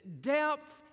depth